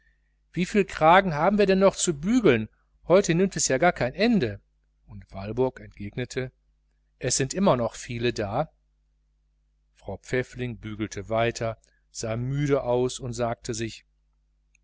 wieviel kragen haben wir denn noch zu bügeln heute nimmt es ja gar kein ende und walburg entgegnete es sind immer noch viele da frau pfäffling bügelte weiter sah müde aus und sagte sich